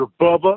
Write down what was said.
Bubba